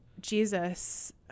Jesus